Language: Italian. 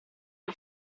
uno